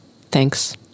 Thanks